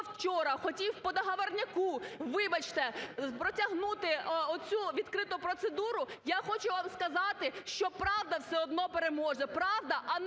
вчора хотів по договорняку, вибачте, протягнути оцю відкриту процедуру, я хочу вам сказати, що правда все одно переможе, – правда, а не